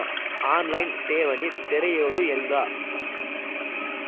On line ಠೇವಣಿ ತೆರೆಯೋದು ಹೆಂಗ?